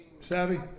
Savvy